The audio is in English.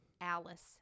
Alice